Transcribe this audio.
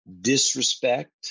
disrespect